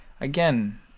Again